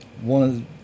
one